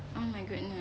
oh my goodness